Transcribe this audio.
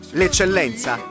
l'eccellenza